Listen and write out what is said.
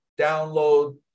download